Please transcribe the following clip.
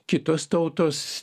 kitos tautos